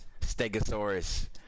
Stegosaurus